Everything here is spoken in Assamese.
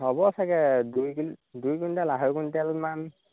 হ'ব চাগে দুই কিলো দুই কুইণ্টেল আঢ়ৈ কুইণ্টেলমান